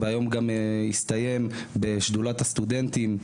היום גם יסתיים בשדולת הסטודנטים,